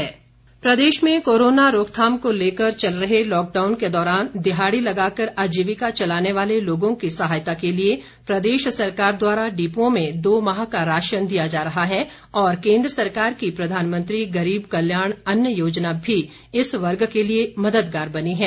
गरीब कल्याण अन्न योजना प्रदेश में कोरोना रोकथाम को लेकर चल रहे लॉकडाउन के दौरान दिहाड़ी लगाकर आजीविका चलाने वाले लोगों की सहायता के लिए प्रदेश सरकार द्वारा डिपुओं में दो माह का राशन दिया जा रहा है और केंद्र सरकार की प्रधानमंत्री गरीब कल्याण अन्न योजना भी इस वर्ग के लिए मददगार बनी है